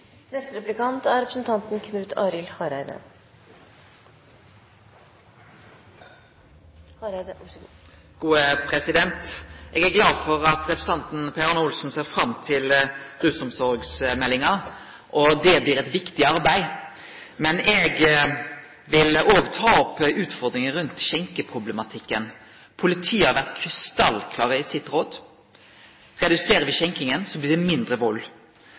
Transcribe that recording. Eg er glad for at representanten Per Arne Olsen ser fram til rusomsorgsmeldinga. Det blir eit viktig arbeid. Men eg vil òg ta opp utfordringa rundt skjenkeproblematikken. Politiet har vore krystallklar i sitt råd: Reduserer me skjenkinga, blir det mindre vald.